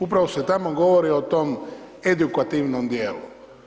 Upravo se tamo govori o tom edukativnom dijelu.